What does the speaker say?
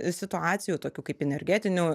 situacijų tokių kaip energetinių